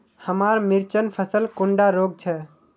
हमार मिर्चन फसल कुंडा रोग छै?